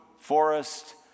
forest